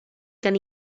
gen